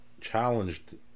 challenged